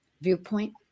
viewpoint